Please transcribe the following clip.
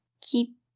keep